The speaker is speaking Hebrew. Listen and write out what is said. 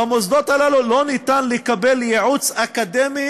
במוסדות הללו לא ניתן לקבל ייעוץ אקדמי